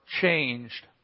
changed